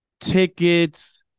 tickets